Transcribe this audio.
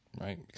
right